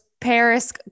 Paris